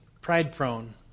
pride-prone